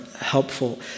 helpful